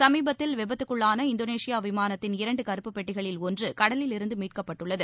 சமீபத்தில் விபத்துக்குள்ளான இந்தோனேஷியா விமானத்தின் இரண்டு கருப்பு பெட்டிகளில் ஒன்று கடலில் இருந்து மீட்கப்பட்டுள்ளது